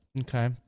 Okay